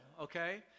okay